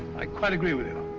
i quite agree with you.